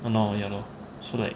!hannor! ya lor she like